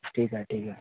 ठीक आहे ठीक आहे